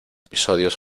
episodios